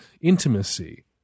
intimacy